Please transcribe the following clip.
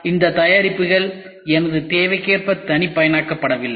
ஆனால் இந்த தயாரிப்புகள் எனது தேவைக்கேற்ப தனிப்பயனாக்கப்படவில்லை